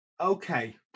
okay